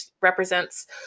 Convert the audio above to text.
represents